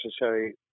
necessary